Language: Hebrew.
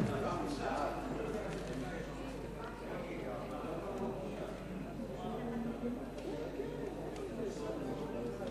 הנושא עובר לוועדת הכספים.